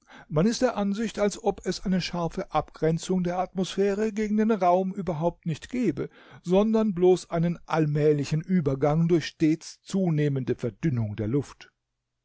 man ist der ansicht als ob es eine scharfe abgrenzung der atmosphäre gegen den raum überhaupt nicht gebe sondern bloß einen allmählichen übergang durch stets zunehmende verdünnung der luft